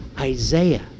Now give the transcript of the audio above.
Isaiah